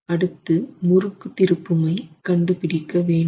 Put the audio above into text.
அடுத்து முறுக்கு திருப்புமை கண்டுபிடிக்க வேண்டும்